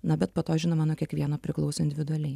na bet po to žinoma nuo kiekvieno priklauso individualiai